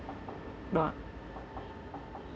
!wah!